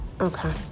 Okay